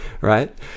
right